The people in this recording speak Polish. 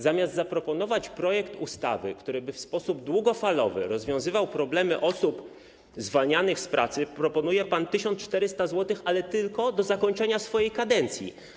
Zamiast zaproponować projekt ustawy, który by w sposób długofalowy rozwiązywał problemy osób zwalnianych z pracy, proponuje pan 1400 zł, ale tylko do zakończenia swojej kadencji.